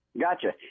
Gotcha